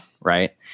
right